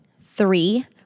Three